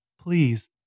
Please